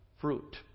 fruit